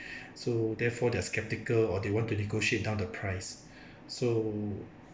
so therefore they are skeptical or they want to negotiate down the price so